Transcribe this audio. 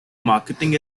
marketing